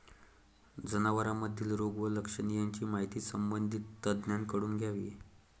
जनावरांमधील रोग व लक्षणे यांची माहिती संबंधित तज्ज्ञांकडून घ्यावी